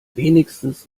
wenigstens